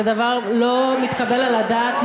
זה דבר לא מתקבל על הדעת,